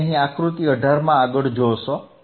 તમે અહીં આકૃતિ 18 માં આગળ જોશો